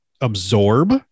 absorb